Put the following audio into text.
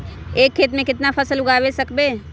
एक खेत मे केतना फसल उगाय सकबै?